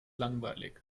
langweilig